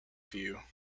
few